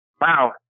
Wow